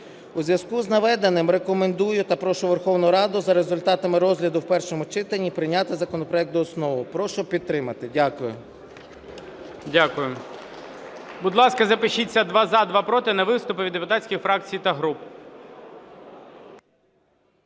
У зв'язку з наведеним рекомендую та прошу Верховну Раду за результатами розгляду у першому читанні прийняти законопроект за основу. Прошу підтримати. Дякую. ГОЛОВУЮЧИЙ. Дякую. Будь ласка, запишіться: два – за, два – проти, на виступи від депутатських фракцій та груп.